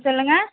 சொல்லுங்கள்